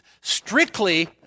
Strictly